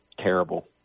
Terrible